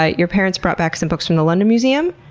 ah your parents brought back some books from the london museum?